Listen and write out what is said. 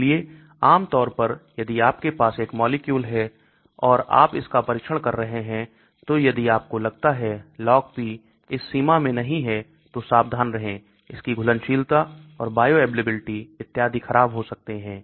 इसलिए आम तौर पर यदि आपके पास एक मॉलिक्यूल है और आप इसका परीक्षण कर रहे हैं तो यदि आपको लगता है LogP इस सीमा में नहीं है तो सावधान रहें इसकी घुलनशीलता और बायोअवेलेबिलिटी इत्यादि खराब हो सकते हैं